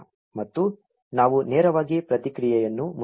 ಮತ್ತು ನಾವು ನೇರವಾಗಿ ಪ್ರತಿಕ್ರಿಯೆಯನ್ನು ಮುದ್ರಿಸೋಣ